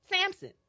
Samson